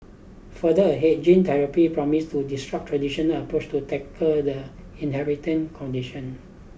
further ahead gene therapy promises to disrupt traditional approaches to tackle the inheriting condition